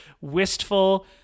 wistful